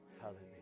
hallelujah